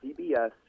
CBS